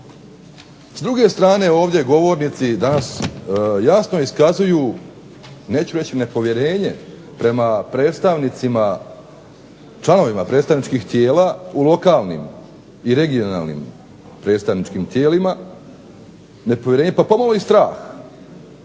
S druge strane, ovdje govornici danas jasno iskazuju neću reći nepovjerenje prema predstavnicima, članovima predstavničkih tijela u lokalnim i regionalnim predstavničkim tijelima, nepovjerenje pa pomalo i strah,